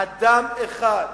אדם אחד,